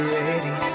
ready